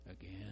again